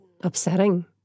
upsetting